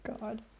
God